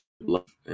love